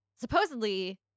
Supposedly